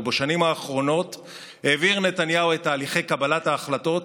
ובשנים האחרונות העביר נתניהו את תהליכי קבלת ההחלטות